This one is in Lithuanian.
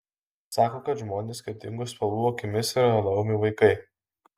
sako kad žmonės skirtingų spalvų akimis yra laumių vaikai